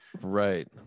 Right